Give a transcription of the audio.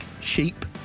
sheep